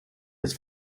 des